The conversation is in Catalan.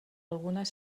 algunes